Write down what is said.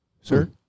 Sir